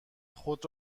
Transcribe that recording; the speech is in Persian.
خود